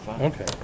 Okay